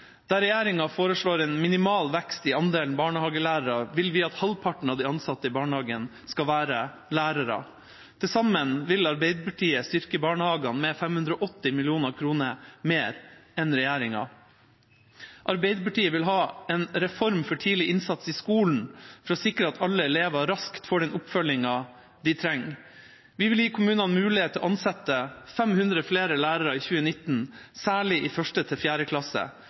Der regjeringa foreslår en minimal vekst i andelen barnehagelærere, vil vi at halvparten av de ansatte i barnehagen skal være lærere. Til sammen vil Arbeiderpartiet styrke barnehagene med 580 mill. kr mer enn regjeringa. Arbeiderpartiet vil ha en reform for tidlig innsats i skolen for å sikre at alle elever raskt får den oppfølgingen de trenger. Vi vil gi kommunene mulighet til å ansette 500 flere lærere i 2019, særlig i 1.–4. klasse.